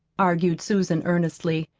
argued susan earnestly.